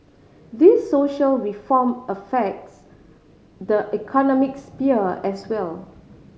these social reform affects the economic sphere as well